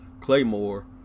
claymore